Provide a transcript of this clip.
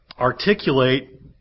articulate